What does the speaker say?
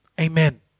Amen